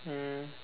mm